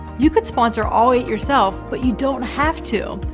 you could sponsor all eight yourself, but you don't have to.